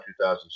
2007